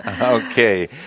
Okay